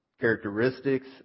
characteristics